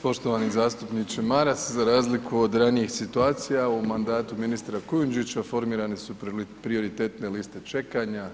Poštovani zastupniče Maras, za razliku od ranijih situacija u mandatu ministra Kujundžića formirane su prioritetne liste čekanja.